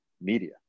media